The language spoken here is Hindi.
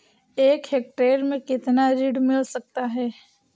एक हेक्टेयर में कितना ऋण मिल सकता है?